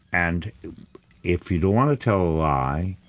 and if you don't want to tell a lie,